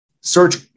search